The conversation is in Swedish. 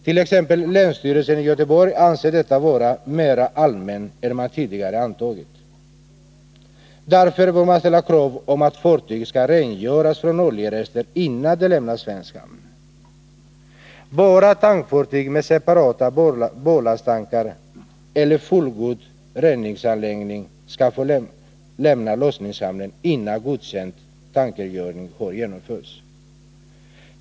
T. ex. länsstyrelsen i Göteborg anser detta vara mer allmänt än man tidigare antagit. Därför bör man ställa krav på att fartyg skall rengöras från oljerester innan de lämnar svensk hamn. Bara tankfartyg med separata ballasttankar eller fullgod reningsanläggning skall få lämna lossningshamn innan godkänd tankrengöring har genomförts.